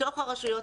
בתוך הרשויות,